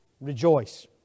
rejoice